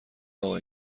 آقا